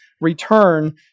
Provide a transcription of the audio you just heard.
return